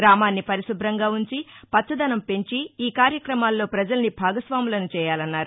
గ్రామాన్ని పరిశుభ్రంగా ఉంచి పచ్చదనం పెంచి ఈ కార్యక్రమాల్లో ప్రజల్ని భాగస్వామ్యులను చేయాలన్నారు